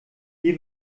hier